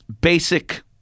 basic